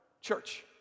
church